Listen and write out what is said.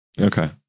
Okay